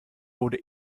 wurde